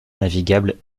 navigable